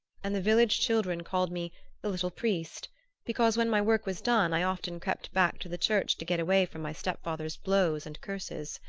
and the village children called me the little priest because when my work was done i often crept back to the church to get away from my step-father's blows and curses.